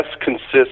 consists